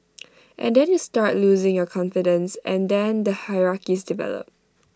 and then you start losing your confidence and then the hierarchies develop